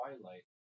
Twilight